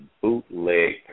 bootleg